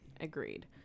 Agreed